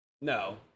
No